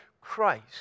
Christ